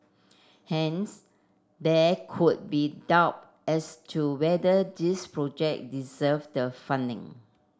hence there could be doubt as to whether these project deserved the funding